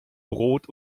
brot